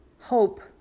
hope